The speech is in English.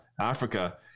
africa